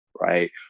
right